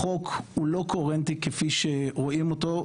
החוק הוא לא קוהרנטי כפי שרואים אותו.